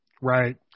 right